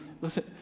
listen